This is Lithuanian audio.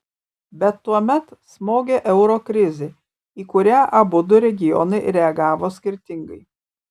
bet tuomet smogė euro krizė į kurią abudu regionai reagavo skirtingai